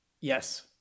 Yes